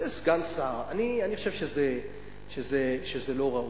זה, סגן שר, אני חושב שזה לא ראוי.